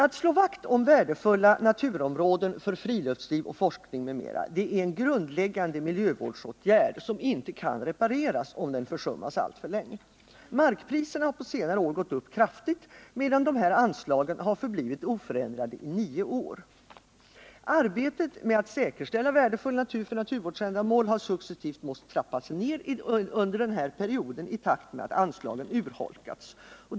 Att slå vakt om värdefulla naturområden för friluftsliv och forskning m.m. är en grundläggande miljövårdsåtgärd, som inte kan repareras om den försummas alltför länge. Markpriserna har på senare år gått upp kraftigt, medan de här anslagen har förblivit oförändrade i nio år. Arbetet med att säkerställa värdefull natur för naturvårdsändamål har successivt måst trappas ner under perioden i takt med att anslagen urholkats.